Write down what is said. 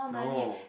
no